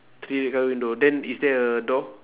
three red colour window then is there a door